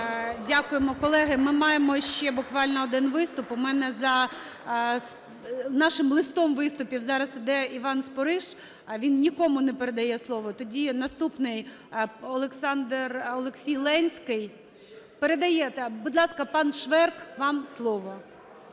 Дякуємо. Колеги, ми маємо ще буквально один виступ. У мене за нашим листом виступом зараз йде Іван Спориш, а він нікому не передає слово. Тоді наступний Олексій Ленський… Передає. Будь ласка, пан Шверк, вам слово,